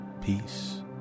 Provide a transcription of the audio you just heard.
peace